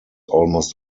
almost